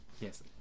Yes